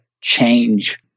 change